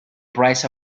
price